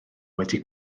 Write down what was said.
wedi